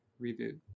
reboot